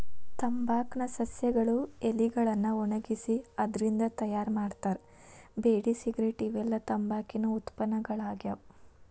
ತಂಬಾಕ್ ನ ಸಸ್ಯಗಳ ಎಲಿಗಳನ್ನ ಒಣಗಿಸಿ ಅದ್ರಿಂದ ತಯಾರ್ ಮಾಡ್ತಾರ ಬೇಡಿ ಸಿಗರೇಟ್ ಇವೆಲ್ಲ ತಂಬಾಕಿನ ಉತ್ಪನ್ನಗಳಾಗ್ಯಾವ